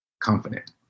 confident